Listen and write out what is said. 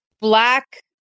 black